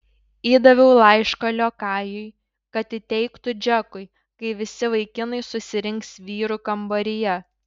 įdaviau laišką liokajui kad įteiktų džekui kai visi vaikinai susirinks vyrų kambaryje